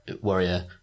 warrior